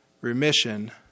remission